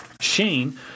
Shane